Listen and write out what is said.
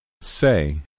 Say